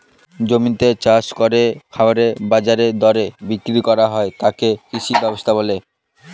জমিতে চাষ করে খাবার বাজার দরে বিক্রি করা হয় তাকে কৃষি ব্যবস্থা বলে